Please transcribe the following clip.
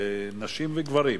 נשים וגברים.